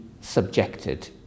subjected